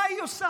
מה היא עושה?